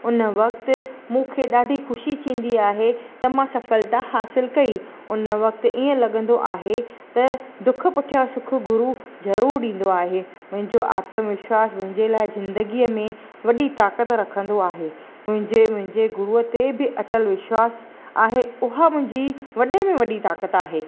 उन वक्ति मूंखे ॾाढी ख़ुशी थींदी आहे त मां सफलता हासिल कई उन वक्ति ईंअ लॻंदो आहे त दुखु पुठियां सुखु गुरू ज़रूरु ॾींदो आहे मुंहिंजो आतमविश्वासु मुंहिंजे लाइ ज़िंदगीअ में वॾी ताकत रखंदो आहे मुंहिंजे मुंहिंजे गुरूअ ते बि अटल विश्वासु आहे उहा मुंहिंजी वॾे में वॾी ताकत आहे